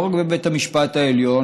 לא רק בבית המשפט העליון,